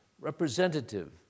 representative